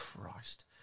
Christ